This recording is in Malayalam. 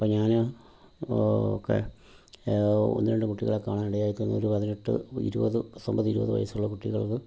അപ്പം ഞാൻ ഒക്കെ ഒന്ന് രണ്ട് കുട്ടികളെ കാണാനിടയായി അതൊരു പതിനെട്ട് ഇരുപത് പത്തൊമ്പത് ഇരുപത് വയസ്സുള്ള കുട്ടികൾക്ക്